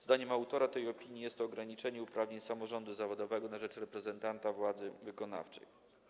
Zdaniem autora tej opinii jest to ograniczenie uprawnień samorządu zawodowego na rzecz reprezentanta władzy wykonawczej.